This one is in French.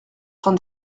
train